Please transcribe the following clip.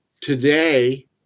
Today